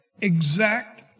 exact